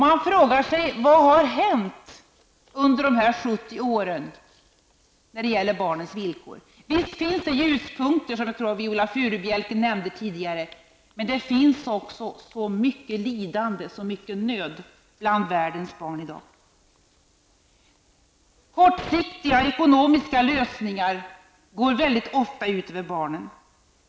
Man frågar sig vad som har hänt under de här 70 åren när det gäller barnens villkor. Visst finns det ljuspunkter, som Viola Furubjelke nämnde tidigare, men det finns också så mycket lidande, så mycket nöd bland världens barn i dag. Kortsiktiga ekonomiska lösningar går mycket ofta ut över barnen.